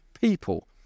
people